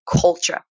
culture